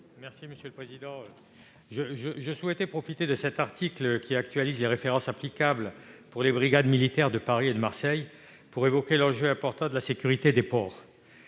Benarroche, sur l'article. Je souhaite profiter de cet article, qui actualise les références applicables aux brigades militaires de Paris et de Marseille, pour évoquer l'enjeu important de la sécurité dans les ports.